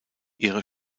ihre